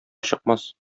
чыкмас